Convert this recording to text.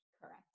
Correct